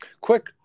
Quick